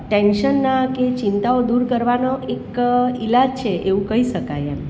ટેન્શનના કે ચિંતાઓ દૂર કરવાનો એક ઈલાજ છે એવું કહી શકાય એમ